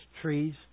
trees